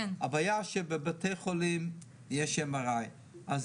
הבעיה שבבתי החולים יש MRI. אז